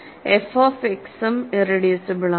F of എക്സും irreducible ആണ്